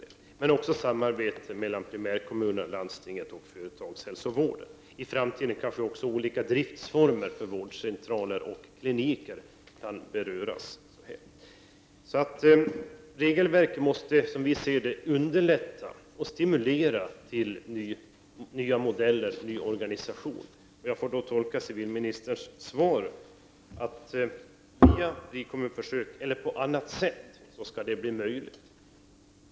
Men det gäller också samarbete mellan primärkommuner, landsting och företagshälsovård. I framtiden kanske också olika driftsformer för vårdcentraler och kliniker kan beröras. Regelverk måste, som vi ser det, underlätta och stimulera till nya modeller och ny organisation. Jag får dock tolka civilministerns svar så, att genom frikommunförsök eller på annat sätt skall detta bli möjligt.